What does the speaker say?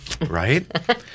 Right